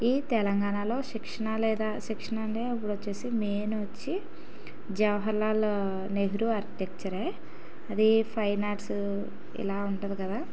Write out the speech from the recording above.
ఈ తెలంగాణలో శిక్షణ లేదా శిక్షణంటే ఇప్పుడొచ్చేసి మెయిన్ వచ్చి జవహర్లాల్ నెహ్ర ఆర్కిటెక్చరే అది ఫైన్ ఆర్ట్స్ ఇలా ఉంతుంది కదా